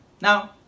Now